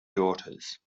daughters